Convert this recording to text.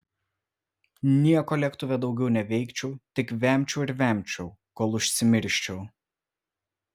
nieko lėktuve daugiau neveikčiau tik vemčiau ir vemčiau kol užsimirščiau